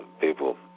people